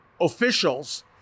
officials